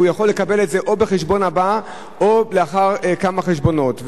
והוא יכול לקבל את זה או בחשבון הבא או לאחר כמה חשבונות.